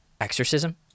exorcism